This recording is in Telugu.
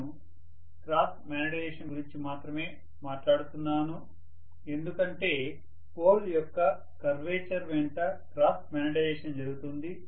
నేను క్రాస్ మాగ్నెటైజేషన్ గురించి మాత్రమే మాట్లాడుతున్నాను ఎందుకంటే పోల్ యొక్క కర్వేచర్ వెంట క్రాస్ మాగ్నెటైజేషన్ జరుగుతుంది